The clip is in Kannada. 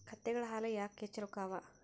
ಕತ್ತೆಗಳ ಹಾಲ ಯಾಕ ಹೆಚ್ಚ ರೊಕ್ಕ ಅವಾ?